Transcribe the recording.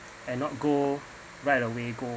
and not go right away